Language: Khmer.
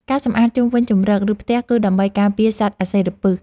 ការសម្អាតជុំវិញជម្រក ឬផ្ទះ គឺដើម្បីការពារសត្វអាសិរពិស។